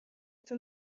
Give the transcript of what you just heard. تون